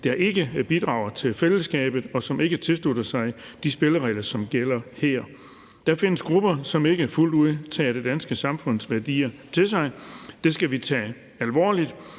som ikke bidrager til fællesskabet, og som ikke tilslutter sig de spilleregler, som gælder her. Der findes grupper, som ikke fuldt ud tager det danske samfunds værdier til sig. Det skal vi tage alvorligt,